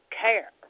care